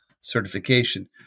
certification